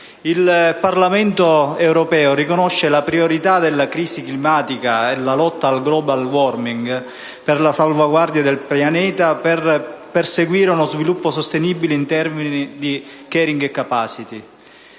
il Parlamento europeo riconosce la priorità della crisi climatica e della lotta al *global warming* per la salvaguardia del pianeta, per perseguire uno sviluppo sostenibile in termini di *carrying capacity*.